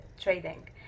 trading